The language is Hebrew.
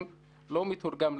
ואני מכיר את